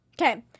Okay